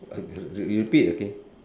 uh you repeat again